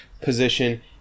position